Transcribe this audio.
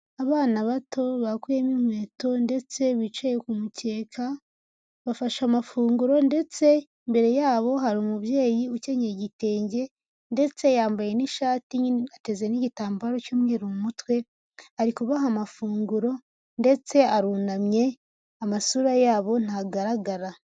Abana bato bakuyemo inkweto ndetse bicaye ku kumukeka, bafashe amafunguro ndetse imbere yabo hari umubyeyi ukenyeye igitenge ndetse yambaye n'ishati ateze n'igitambaro cy'umweru mu mutwe ari kubaha amafunguro ndetse arunamye amasura yabo ntagaragara.